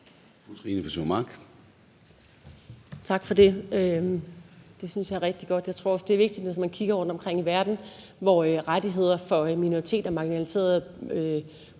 Tak for det. Det synes jeg er rigtig godt. Jeg tror også, det er vigtigt, når man kigger rundt i verden, hvor rettigheder for minoriteter og marginaliserede